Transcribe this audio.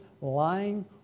lying